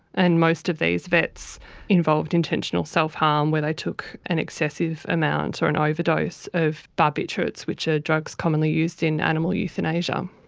and most of these vets involved intentional self-harm where they took an excessive amount or an overdose of barbiturates, which are drugs commonly used in animal euthanasia.